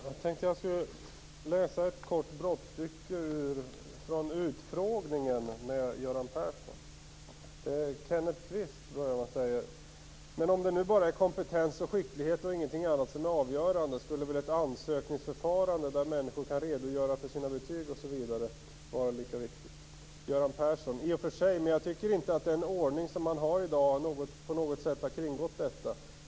Herr talman! Jag skall läsa ett kort stycke från utfrågningen med Göran Persson: "Kenneth Kvist: Men om det nu bara är kompetens och skicklighet och ingenting annat som är avgörande, skulle väl ett ansökningsförfarande där människor kan redogöra för sina betyg, erfarenheter och sin belagda kunnighet vara nog -? Göran Persson: I och för sig, men jag tycker inte att den ordning som man har i dag på något sätt har kringgått detta.